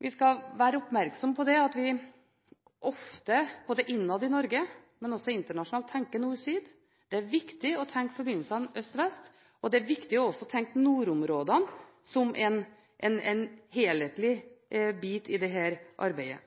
vi skal være oppmerksom på det at vi ofte, innad i Norge, men også internasjonalt, tenker nord–syd. Det er viktig å tenke forbindelsene øst–vest, og det er viktig også å tenke nordområdene som en helhetlig bit i dette arbeidet.